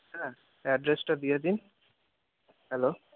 হ্যাঁ অ্যাড্রেসটা দিয়ে দিন হ্যালো